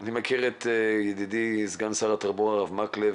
התקשורת --- אני מכיר את ידידי סגן שר התחבורה הרב מקלב